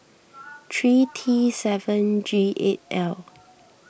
three T seven G eight L